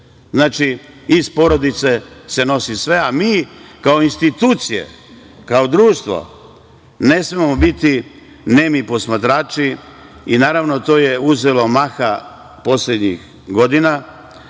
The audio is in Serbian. Znači, iz porodice se nosi sve, a mi, kao institucije, kao društvo, ne smemo biti nemi posmatrači i naravno to je uzelo maha poslednjih godina,